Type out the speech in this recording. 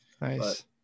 Nice